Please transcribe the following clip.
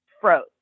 froze